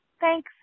Thanks